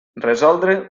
resoldre